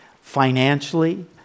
financially